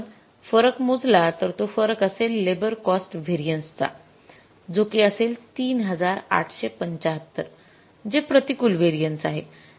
जर आपण फरक मोजला तर तो फरक असेल लेबर कॉस्ट व्हेरिएन्स चा जो कि असेल ३८७५ जे प्रतिकूल व्हेरिएन्सेस आहे